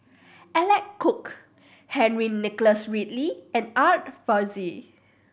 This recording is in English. Alec Kuok Henry Nicholas Ridley and Art Fazil